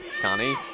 Connie